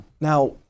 now